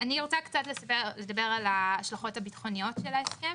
אני רוצה קצת לדבר על ההשלכות הביטחוניות של ההסכם,